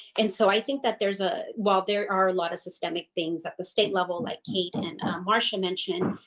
and so i think that there's ah while there are a lot of systemic things at the state level like kate and marsha mentioned,